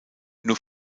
nur